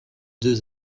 deux